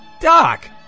Doc